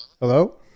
Hello